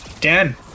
Dan